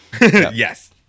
Yes